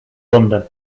london